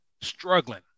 struggling